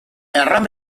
erran